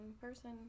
person